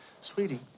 Sweetie